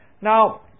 Now